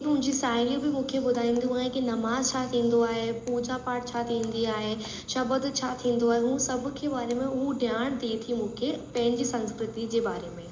मुंहिंजी साहेड़ियूं बि मूंखे ॿुधाईंदूं आहिनि कि नमाज छा थींदो आए पूजा पाठ छा थींदी आहे शबद छा थींदो आहे उहो सभ खे वारे में उहा ॼाण ॾिए थी मूंखे पैंजी संस्कृति जे बारे में